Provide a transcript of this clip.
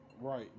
Right